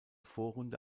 vorrunde